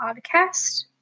podcast